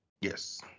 yes